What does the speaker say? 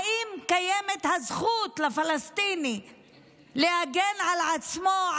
האם לפלסטיני קיימת הזכות להגן על עצמו,